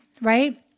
Right